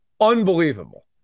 Unbelievable